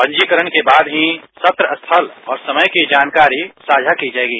पंजीकरण के बाद ही सत्र स्थल समय की जानकारी साझा की जएगी